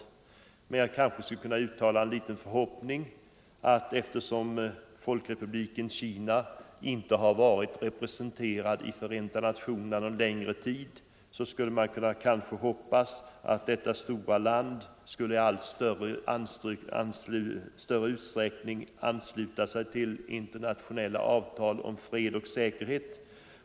Men jag kanske kan uttala en liten förhoppning om att folkrepubliken Kina, eftersom detta stora land inte har varit representerat i Förenta nationerna någon längre tid, i allt större utsträckning kan ansluta sig till internationella avtal om fred och säkerhet.